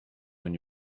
when